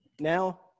Now